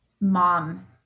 mom